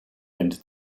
into